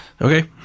Okay